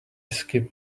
skip